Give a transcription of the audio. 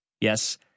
Yes